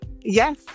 Yes